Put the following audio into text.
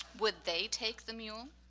would they take the mule?